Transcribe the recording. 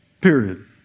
Period